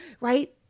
right